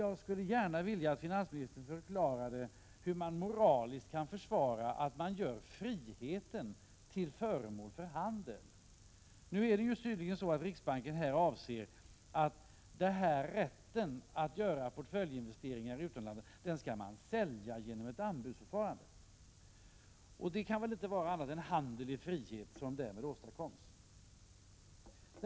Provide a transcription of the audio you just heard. Jag skulle gärna vilja att finansministern förklarade hur man moraliskt kan försvara att man gör friheten till föremål för handel. Riksbanken avser här tydligen att rätten att göra portföljinvesteringar i utlandet skall säljas genom anbudsförfarande. Det kan väl inte vara annat än handel med frihet som åstadkoms därmed?